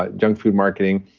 ah junk food marketing,